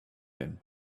him